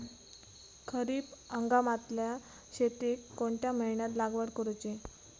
खरीप हंगामातल्या शेतीक कोणत्या महिन्यात लागवड करूची?